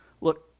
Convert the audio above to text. Look